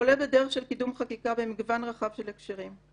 כולל בדרך של קידום חקיקה ובמגוון רחב של הקשרים.